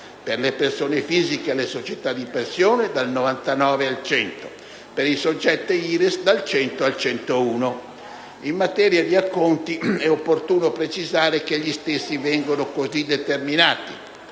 per le persone fisiche e le società di persone dal 99 al 100 per cento, per i soggetti IRES dal 100 al 101 per cento. In materia di acconti è opportuno precisare che gli stessi vengono così determinati: